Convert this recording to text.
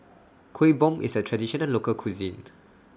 Kuih Bom IS A Traditional Local Cuisine